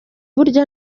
burya